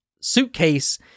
suitcase